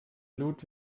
blut